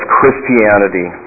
Christianity